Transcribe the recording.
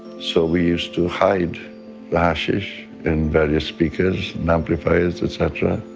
so we used to hide hashish in various speakers and amplifiers et cetera.